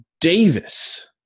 Davis